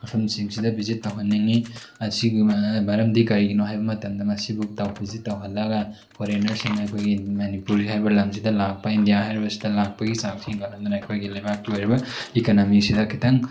ꯃꯐꯝꯁꯤꯡꯁꯤꯗ visit ꯇꯧꯍꯟꯅꯤꯡꯉꯤ ꯑꯁꯤꯒꯤ ꯃꯔꯝꯗꯤ ꯀꯔꯤꯒꯤꯅꯣ ꯍꯥꯏꯕ ꯃꯇꯝꯗ ꯃꯁꯤꯕꯨ ꯚꯤꯖꯤꯠ ꯇꯧꯍꯜꯂꯒ ꯐꯣꯔꯦꯟꯅꯔꯁꯤꯡꯅ ꯑꯩꯈꯣꯏꯒꯤ ꯃꯅꯤꯄꯨꯔꯤ ꯍꯥꯏꯕ ꯂꯝꯁꯤꯗ ꯂꯥꯛꯄ ꯏꯟꯗꯤꯌꯥ ꯍꯥꯏꯔꯤꯕꯁꯤꯗ ꯂꯥꯛꯄꯒꯤ ꯆꯥꯡꯁꯤ ꯍꯦꯟꯒꯠꯂꯟꯗꯅ ꯑꯩꯈꯣꯏꯒꯤ ꯂꯩꯕꯥꯛꯀꯤ ꯑꯣꯏꯔꯤꯕ ꯏꯀꯅꯃꯤꯁꯤꯗ ꯈꯤꯇꯪ